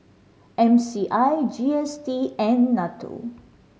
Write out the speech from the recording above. M C I G S T and NATO